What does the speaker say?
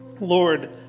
Lord